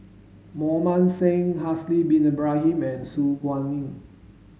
Mohan Singh Haslir bin Ibrahim and Su Guaning